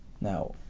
Now